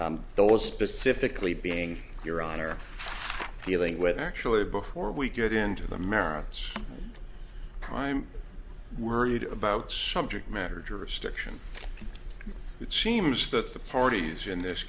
all those specifically being your honor dealing with actually before we get into the merits i'm worried about subject matter jurisdiction it seems that the parties in this